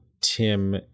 Tim